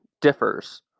differs